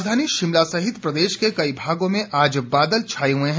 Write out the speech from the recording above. राजधानी शिमला सहित प्रदेश के कई भागों में आज बादल छाये हुए हैं